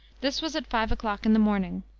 this was at five o'clock in the morning.